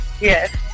Yes